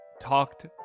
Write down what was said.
talked